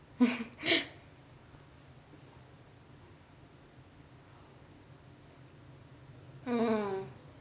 mm